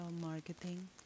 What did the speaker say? marketing